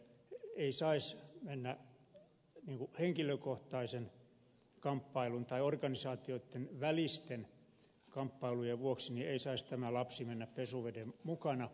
ei saisi henkilökohtaisten tai organisaatioitten välisten kamppailujen vuoksi tämä lapsi mennä pesuveden mukana